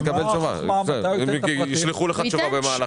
ועל המימוש שלהן חשוב מאוד לשלם את הדבר הזה.